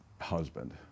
husband